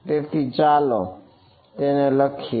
તેથી ચાલો તેને લખીએ